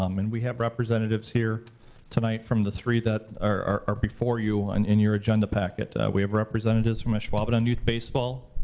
um and we have representatives here tonight from the three that are before you and in your agenda packet. we have representatives from ashwaubenon youth baseball,